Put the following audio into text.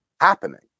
happening